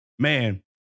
Man